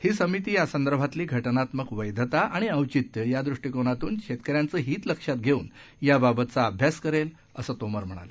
ही समिती यासंदर्भातली घटनात्मक वध्या आणि औचित्य या दृष्टिकोनातून शेतकऱ्यांचं हित लक्षात घेऊन याबाबतचा अभ्यास करेल असं तोमर म्हणाले